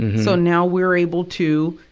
so now we're able to,